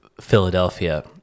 Philadelphia